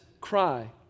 cry